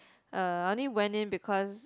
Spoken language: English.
uh I only went in because